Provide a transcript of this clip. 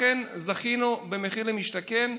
אכן זכינו במחיר למשתכן.